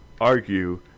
argue